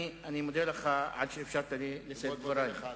תודה.